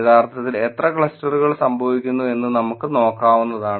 യഥാർത്ഥത്തിൽ എത്ര ക്ലസ്റ്ററുകൾ സംഭവിക്കുന്നു എന്ന് നമുക്ക് നോക്കാവുന്നതാണ്